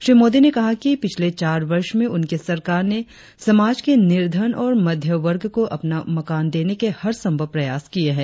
श्री मोदी ने कहा कि पिछले चार वर्ष में उनकी सरकार ने समाज के निर्धन और मध्यवर्ग को अपना मकान देने के हरसंभव प्रयास किए है